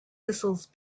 thistles